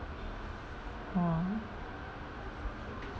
oh